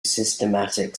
systematic